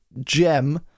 gem